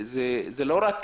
לא רק